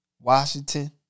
Washington